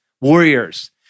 warriors